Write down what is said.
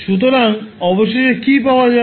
সুতরাং অবশেষে কি পাওয়া যাবে